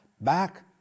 back